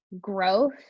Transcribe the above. growth